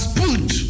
put